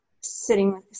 sitting